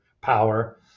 power